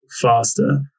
faster